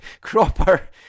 cropper